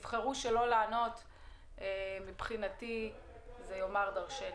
אם תבחרו שלא לענות זה יאמר דרשני.